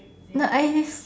no I